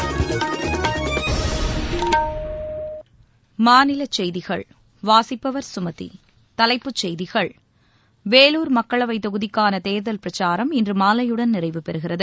சென்னை மாநிலச் செய்திகள் தலைப்புச் செய்திகள் வேலூர் மக்களவை தொகுதிக்கான தேர்தல் பிரச்சாரம் இன்று மாலையுடன் நிறைவு பெறுகிறது